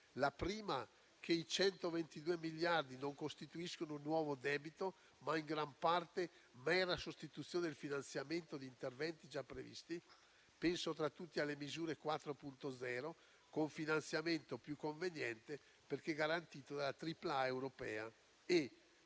la prima, i 122 miliardi costituiscono non nuovo debito, ma in gran parte mera sostituzione del finanziamento di interventi già previsti - penso tra tutti alle misure 4.0 - con finanziamento più conveniente, perché garantito dalla tripla A europea.